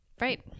Right